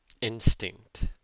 instinct